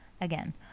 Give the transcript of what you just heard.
Again